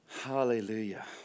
Hallelujah